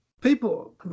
People